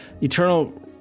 Eternal